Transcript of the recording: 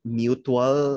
mutual